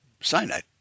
cyanide